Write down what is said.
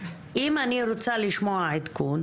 אם אני רוצה לשמוע עדכון,